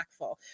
impactful